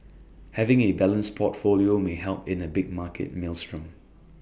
having A balanced portfolio may help in A big market maelstrom